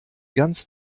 ganz